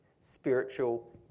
spiritual